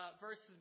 verses